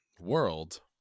world